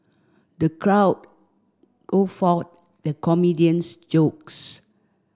the crowd guffawed at comedian's jokes